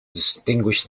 distinguish